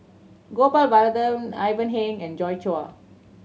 Gopal Baratham Ivan Heng and Joi Chua